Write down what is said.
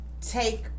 take